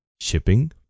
shipping